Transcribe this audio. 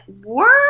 work